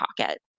pocket